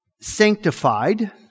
Sanctified